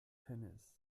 tennis